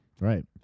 Right